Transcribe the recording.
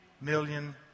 million